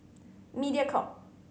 Mediacorp